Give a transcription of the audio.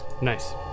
Nice